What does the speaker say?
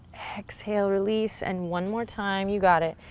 exhale, release and one more time. you got it.